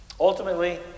Ultimately